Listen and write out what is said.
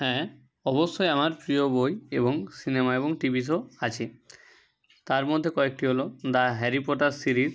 হ্যাঁ অবশ্যই আমার প্রিয় বই এবং সিনেমা এবং টিভি শো আছে তার মধ্যে কয়েকটি হলো দ্যা হ্যারি পটার সিরিজ